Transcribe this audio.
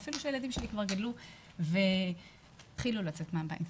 אפילו שהילדים שלי כבר גדלו והתחילו לצאת מהבית,